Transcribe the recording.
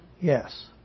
yes